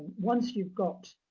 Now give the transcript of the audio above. once you've got